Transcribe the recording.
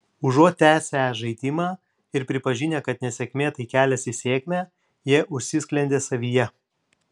užuot tęsę žaidimą ir pripažinę kad nesėkmė tai kelias į sėkmę jie užsisklendė savyje